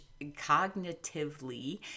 cognitively